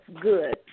good